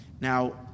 Now